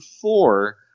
four